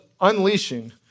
unleashing